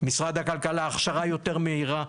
משרד הכלכלה, הכשרה יותר מהירה.